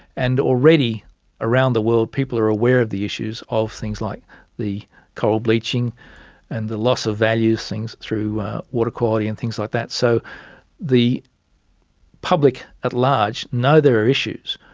and already around the world people are aware of the issues of things like the coral bleaching and the loss of values through water quality and things like that. so the public at large know there are issues.